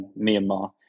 Myanmar